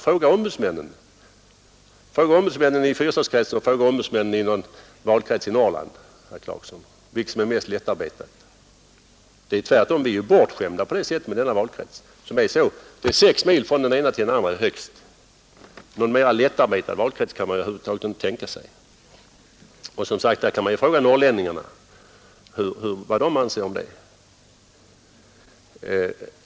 Fråga ombudsmännen i fyrstadskretsen och fråga ombudsmännen i någon valkrets i Norrland, herr Clarkson, vilken krets som är mest lättarbetad. Vi är tvärtom bortskämda i fyrstadskretsen. Det är högst sex mil mellan städerna. Någon mer lättarbetad valkrets kan man inte tänka sig.